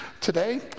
today